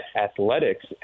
athletics